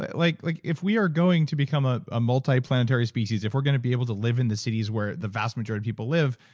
like like if we are going to become a ah multi-planetary species, if we're going to be able to live in the cities where the vast majority of people live,